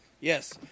yes